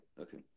okay